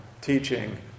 teaching